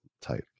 type